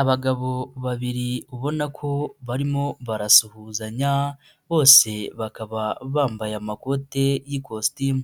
Abagabo babiri ubona ko barimo barasuhuzanya bose bakaba bambaye amakoti y'ikositimu,